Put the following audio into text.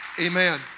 Amen